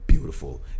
beautiful